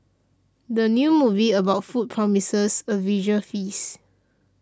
the new movie about food promises a visual feast